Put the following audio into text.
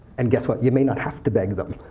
and guess what? you may not have to beg them.